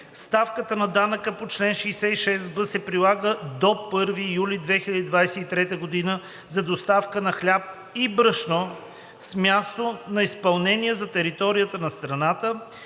Ставката на данъка по чл. 66б се прилага до 1 юли 2023 г. за доставка на хляб и брашно с място на изпълнение за територията на страната,